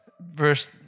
verse